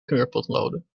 kleurpotloden